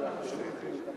במהלך השבת אנחנו שוכחים.